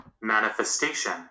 Manifestation